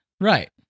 Right